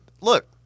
look